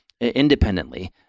independently